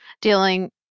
dealing